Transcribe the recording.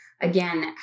again